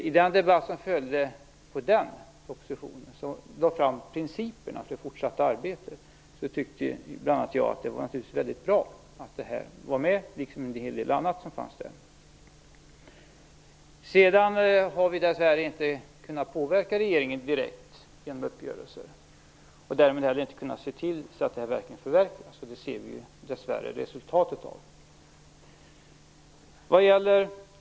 I den debatt som följde på den propositionen, där man lade fram principerna för det fortsatta arbetet, tyckte bl.a. jag att det naturligtvis var mycket bra att det här var med, liksom en hel del annat som fanns med. Sedan har vi, dessvärre, inte direkt kunnat påverka regeringen genom uppgörelser. Därmed har vi heller inte kunnat se till att det här förverkligas. Dessvärre ser vi nu resultatet av det.